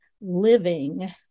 living